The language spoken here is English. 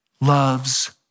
loves